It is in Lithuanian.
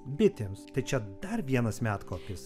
bitėms tai čia dar vienas medkopis